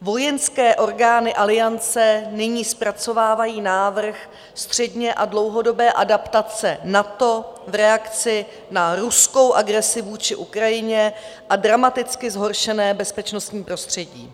Vojenské orgány Aliance nyní zpracovávají návrh středně a dlouhodobé adaptace NATO v reakci na ruskou agresi vůči Ukrajině a dramaticky zhoršené bezpečnostní prostředí.